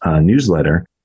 newsletter